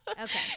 okay